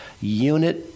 unit